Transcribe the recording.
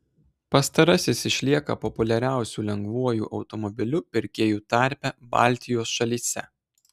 pastarasis išlieka populiariausiu lengvuoju automobiliu pirkėjų tarpe baltijos šalyse